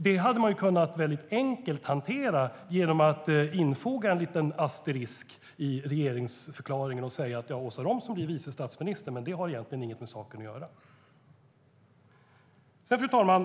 Det hade man väldigt enkelt kunnat hantera genom att infoga en liten asterisk i regeringsförklaringen och säga att Åsa Romson blir vice statsminister, men det har egentligen inget med saken att göra. Fru talman!